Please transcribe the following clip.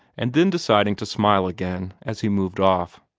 and then deciding to smile again as he moved off.